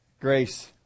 Grace